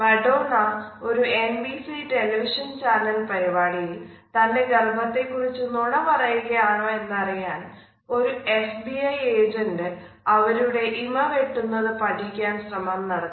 മഡോണ ഒരു N B C television channel പരിപാടിയിൽ തന്റെ ഗർഭത്തെ കുറിച്ച് നുണ പറയുകയാണോ എന്നറിയാൻ ഒരു എഫ് ബി ഐ ഏജൻറ് അവരുടെ ഇമ വെട്ടുന്നത് പഠിക്കാൻ ശ്രമം നടത്തി